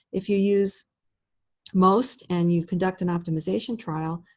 if you use most and you conduct an optimization trial,